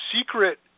secret